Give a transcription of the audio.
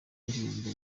indirimbo